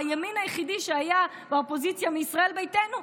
הימין היחידי שהיה באופוזיציה מישראל ביתנו,